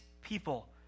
people